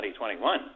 2021